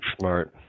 smart